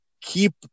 keep –